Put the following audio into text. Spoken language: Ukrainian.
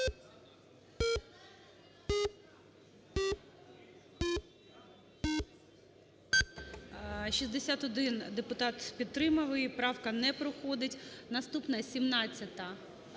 61 депутат підтримав і правка не проходить. Наступна 17-а, там